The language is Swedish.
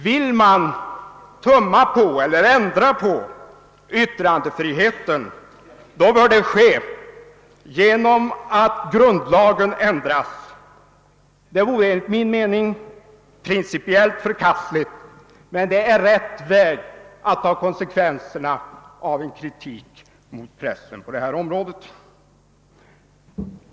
Vill man ändra på yttrandefriheten bör det ske genom att grundlagen ändras. Det vore enligt min mening principiellt förkastligt, men det är den rätta vägen att ta konsekvenserna av en kritik mot pressen på detta område.